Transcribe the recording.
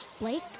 Blake